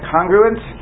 Congruence